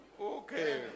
Okay